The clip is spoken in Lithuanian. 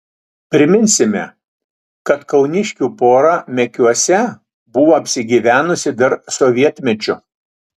priminsime kad kauniškių pora mekiuose buvo apsigyvenusi dar sovietmečiu